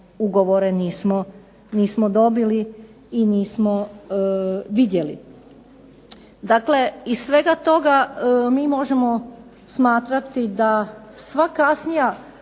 ugovore, nismo dobili i nismo vidjeli. Dakle, iz svega toga mi možemo smatrati da sva kasnija